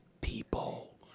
people